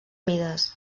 mides